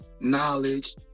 Knowledge